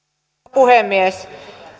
puhemies